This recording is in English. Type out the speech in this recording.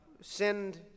send